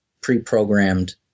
pre-programmed